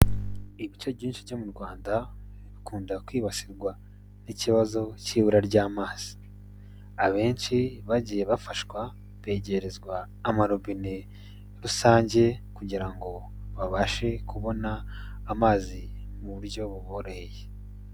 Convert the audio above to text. Ibice byinshi byo mu Rwanda, bikunda kwibasirwa n'ikibazo cy'ibura ry'amazi, abenshi bagiye bafashwa begerezwa amarobine rusange kugira ngo babashe kubona amazi mu buryo buboroheye.